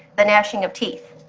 the gnashing of teeth.